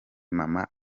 mama